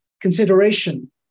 consideration